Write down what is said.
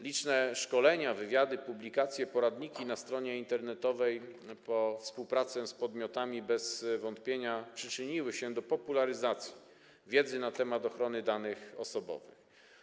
Liczne szkolenia, wywiady, publikacje, poradniki na stronie internetowej po współpracę z podmiotami bez wątpienia przyczyniły się do popularyzacji wiedzy na temat ochrony danych osobowych.